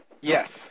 Yes